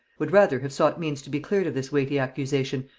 would rather have sought means to be cleared of this weighty accusation,